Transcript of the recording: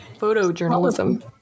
photojournalism